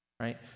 right